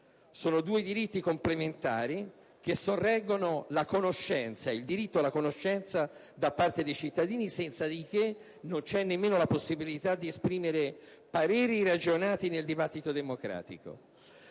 Sono due diritti complementari che sorreggono la conoscenza, il diritto alla conoscenza da parte dei cittadini, senza di che non c'è nemmeno la possibilità di esprimere pareri ragionati nel dibattito democratico.